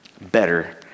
better